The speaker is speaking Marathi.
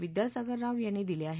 विद्यासागर राव यांनी दिले आहेत